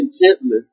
contentment